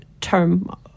term